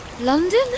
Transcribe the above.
London